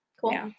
cool